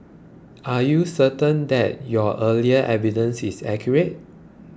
are you certain that your earlier evidence is accurate